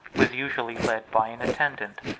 was usually led by an attendant,